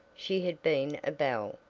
she had been a belle,